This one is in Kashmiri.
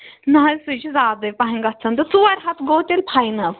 نہ حظ سُے چھُ زیادٕے پَہَم گَژھان تہٕ ژور ہَتھ گوٚو تیٚلہِ فایِنَل